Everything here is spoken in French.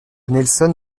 nelson